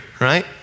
right